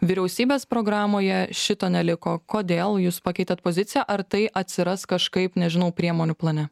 vyriausybės programoje šito neliko kodėl jūs pakeitėt poziciją ar tai atsiras kažkaip nežinau priemonių plane